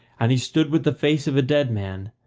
and he stood with the face of a dead man,